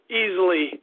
easily